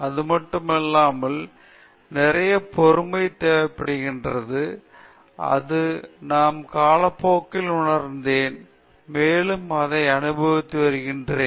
அது மட்டுமல்லாமல் நிறைய பொறுமை தேவைப்படுகிறது இது நான் காலப்போக்கில் உணர்ந்தேன் மேலும் இதை அனுபவித்து வருகிறேன்